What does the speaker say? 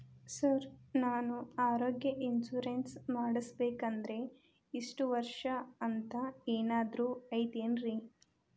Sir ನಾನು ಆರೋಗ್ಯ insurance ಮಾಡಿಸ್ಬೇಕಂದ್ರೆ ಇಷ್ಟ ವರ್ಷ ಅಂಥ ಏನಾದ್ರು ಐತೇನ್ರೇ?